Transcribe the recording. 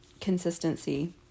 Consistency